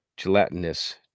gelatinous